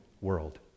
world